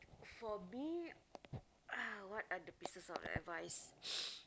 for me uh what are the pieces of advice